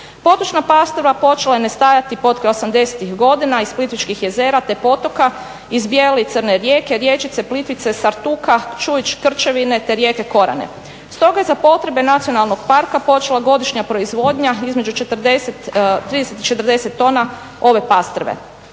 Potočna pastrva počela je nestajati potkraj 80 godina iz Plitvičkih jezera te potoka, iz Bijele i Crne rijeke, Rječice, Plitvice, Sartuka, Čujić, Krčevine te rijeke Korane stoga je za potrebe nacionalnog parka počela godišnja proizvodnja između 30 i 40 tona ove pastrve.